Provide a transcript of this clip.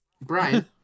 Brian